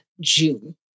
June